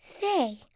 Say